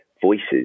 voices